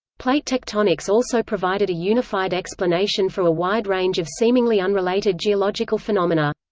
plate tectonics also provided a unified explanation for a wide range of seemingly unrelated geological phenomena.